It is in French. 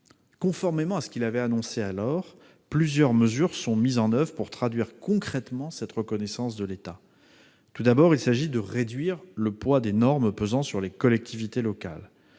Conformément à ce qu'il avait annoncé alors, plusieurs mesures sont mises en oeuvre pour traduire concrètement cette reconnaissance de l'État. Tout d'abord, il s'agit de réduire le poids des normes pesant sur les collectivités locales.